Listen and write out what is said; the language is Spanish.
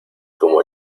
como